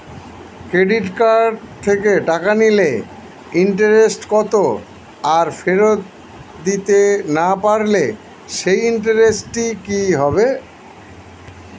Credit card থেকে টাকা নিলে ইন্টারেস্ট কত আর ফেরত দিতে না পারলে সেই ইন্টারেস্ট কি হবে?